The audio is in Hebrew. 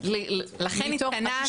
לכן התכנסנו.